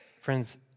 Friends